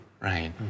Right